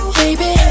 baby